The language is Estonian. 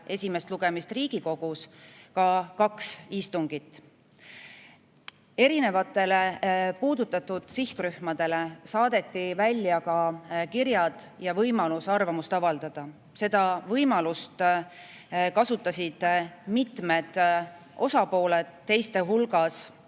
esimest lugemist Riigikogus ka kaks istungit. Erinevatele puudutatud sihtrühmadele saadeti välja kirjad ja [anti] võimalus arvamust avaldada. Seda võimalust kasutasid mitmed osapooled, teiste hulgas